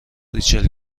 ریچل